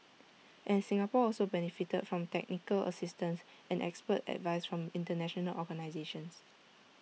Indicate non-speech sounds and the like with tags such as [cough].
[noise] and Singapore also benefited from technical assistance and expert advice from International organisations